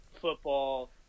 football